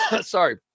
Sorry